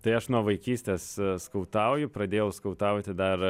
tai aš nuo vaikystės skautauju pradėjau skautauti dar